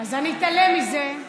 אז אני אתעלם מזה,